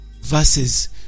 verses